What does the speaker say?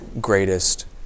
greatest